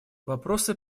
вопросы